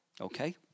Okay